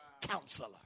counselor